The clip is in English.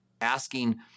asking